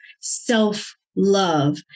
self-love